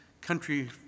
country